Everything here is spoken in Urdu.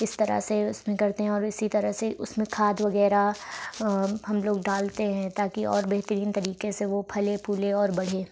اس طرح سے اس میں کرتے ہیں اور اسی طرح سے اس میں کھاد وغیرہ ہم لوگ ڈالتے ہیں تاکہ اور بہترین طریقے سے وہ پھلے پھولے اور بڑھے